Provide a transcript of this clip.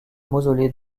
mausolée